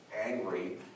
angry